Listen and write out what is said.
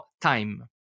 time